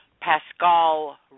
Pascal